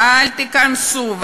ואל תיכנסו,